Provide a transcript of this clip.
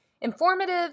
informative